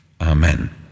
amen